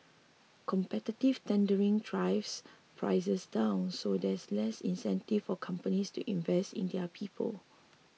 competitive tendering drives prices down so there's less incentive for companies to invest in their people